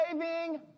saving